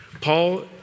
Paul